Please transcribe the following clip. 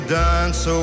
dance